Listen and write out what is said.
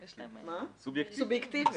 זה סובייקטיבי.